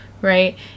right